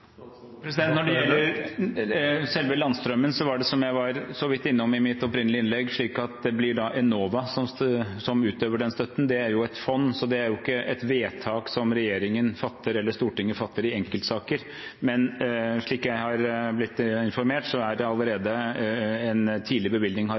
Når det gjelder selve landstrømmen, som jeg så vidt var innom i mitt første innlegg, blir det Enova som utøver den støtten. Det er et fond, så dette er ikke et vedtak som regjeringen eller Stortinget fatter i enkeltsaker. Men slik jeg har blitt informert, har det allerede skjedd en tidlig bevilgning, og vi vil følge opp. Formålet er jo å lykkes med det